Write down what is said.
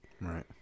Right